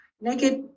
naked